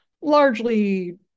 largely